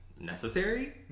necessary